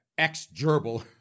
ex-gerbil